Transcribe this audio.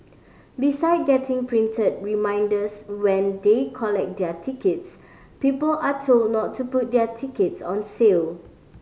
beside getting printed reminders when they collect their tickets people are told not to put their tickets on sale